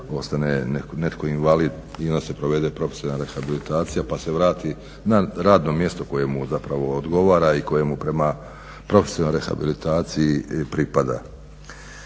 ostane netko invalid i onda se provede profesionalna rehabilitacija pa se vrati na radno mjesto koje mu zapravo odgovara i koje mu prema profesionalnoj rehabilitaciji i pripada.